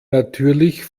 natürlich